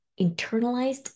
internalized